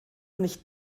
nicht